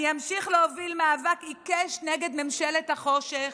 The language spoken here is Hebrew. אני אמשיך להוביל מאבק עיקש נגד ממשלת החושך.